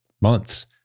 months